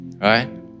Right